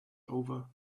over